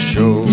Show